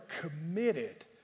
committed